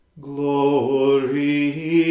Glory